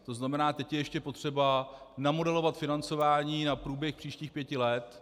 To znamená, teď je ještě potřeba namodelovat financování na průběh příštích pěti let.